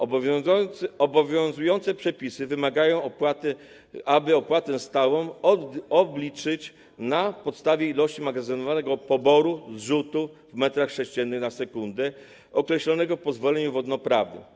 Obowiązujące przepisy wymagają, aby opłatę stałą obliczać na podstawie ilości magazynowanego poboru/zrzutu w metrach sześciennych na sekundę, określonego w pozwoleniu wodnoprawnym.